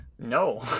No